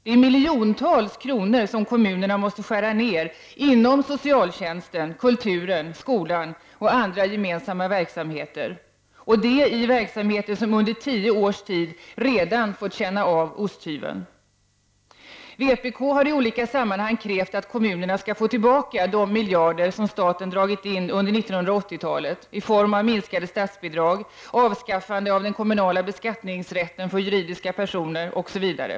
Det är miljontals kronor som kommunerna måste skära ner inom socialtjänsten, kulturen, skolan och andra gemensamma verksamheter — detta i verksamheter som under tio års tid redan fått känna av osthyveln. Vi har i olika sammanhang krävt att kommunerna skall få tillbaka de miljarder som staten dragit in under 1980-talet i form av minskade statsbidrag, avskaffande av den kommunala beskattningsrätten av juridiska personer osv.